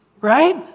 Right